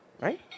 Right